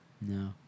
No